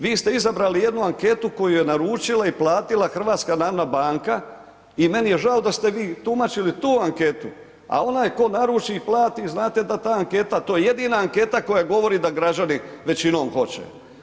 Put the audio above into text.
Vi ste izabrali jednu anketu koju je naručila i platila HNB i meni je žao da ste vi tumačili tu anketu, a onaj tko naruči i plati znate da ta anketa, to je jedina anketa koja govori da građani većinom hoće.